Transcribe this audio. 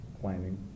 planning